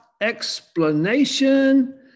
explanation